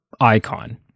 icon